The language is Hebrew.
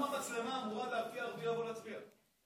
למה מצלמה אמורה להרתיע ערבי מלבוא להצביע?